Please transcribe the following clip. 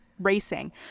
racing